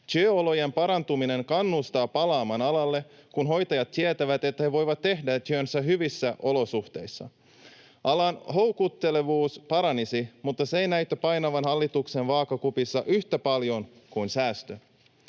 Työolojen parantuminen kannustaa palaamaan alalle, kun hoitajat tietävät, että he voivat tehdä työnsä hyvissä olosuhteissa. Alan houkuttelevuus paranisi, mutta se ei näytä painavan hallituksen vaakakupissa yhtä paljon kuin säästö.